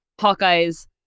Hawkeye's